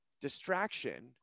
distraction